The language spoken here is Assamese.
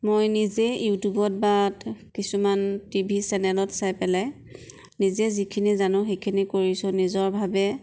মই নিজে ইউটিউবত বা কিছুমান টিভি চেনেলত চাই পেলাই নিজে যিখিনি জানো সেইখিনি কৰিছোঁ নিজৰ ভাৱে